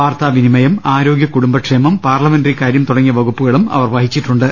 വാർത്താവിനിമയം ആരോഗ്യ കുടുംബക്ഷേമം പാർലമെന്ററി കാര്യം തുടങ്ങിയ വകുപ്പുകളും അവർ വഹിച്ചിട്ടുണ്ട്